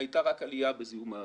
הייתה רק עלייה בזיהום האוויר.